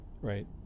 right